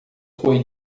foi